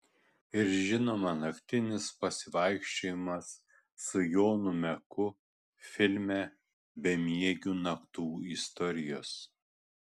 ir žinoma naktinis pasivaikščiojimas su jonu meku filme bemiegių naktų istorijos